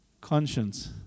conscience